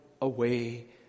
away